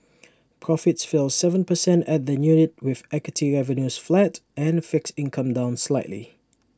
profits fell Seven percent at the unit with equity revenues flat and fixed income down slightly